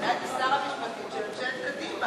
שינה את זה שר המשפטים של ממשלת קדימה.